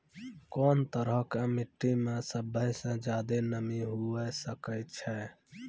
कोन तरहो के मट्टी मे सभ्भे से ज्यादे नमी हुये सकै छै?